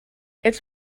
its